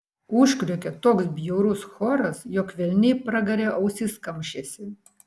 užkriokė toks bjaurus choras jog velniai pragare ausis kamšėsi